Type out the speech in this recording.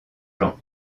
jean